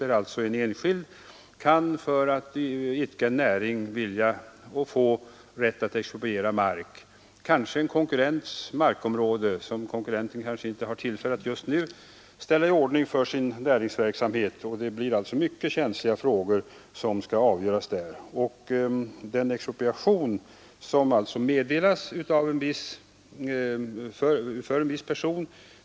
Här kan en enskild för att idka näring få rätt att expropriera konkurrent tillhörig mark men mark som denne inte har tillfälle att just nu ställa i ordning för sin näringsverksamhet. Det kan alltså bli mycket känsliga frågor som skall avgöras där. En expropriation meddelas alltså för en viss person.